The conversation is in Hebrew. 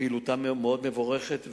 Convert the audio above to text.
פעילותם מאוד מבורכת,